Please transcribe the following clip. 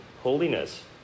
holiness